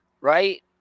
Right